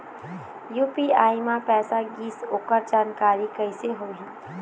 UPI म पैसा गिस ओकर जानकारी कइसे होही?